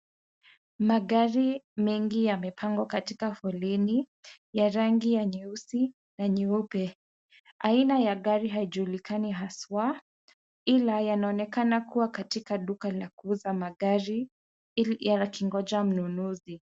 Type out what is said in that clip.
Magari mengi yamepangwa katika foleni, ya rangi ya nyeusi na nyeupe. Aina ya gari haijulikani haswa, ila yanaonekana kuwa katika duka la kuuza magari yakingoja mnunuzi.